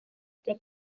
get